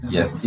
Yes